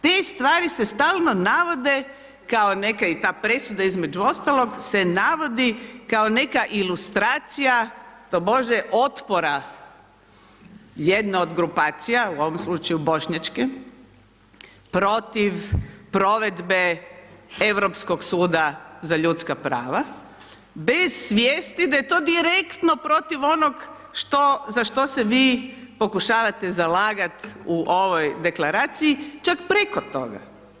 Te stvari se stalno navode kao neka i ta presuda između ostalog se navodi kao neka ilustracija tobože otpora jedne od grupacija u ovom slučaju bošnjačke protiv provedbe Europskog suda za ljudska prava bez svijesti da je to direktno protiv onog za što se vi pokušavate zalagat u ovoj deklaraciji, čak preko toga.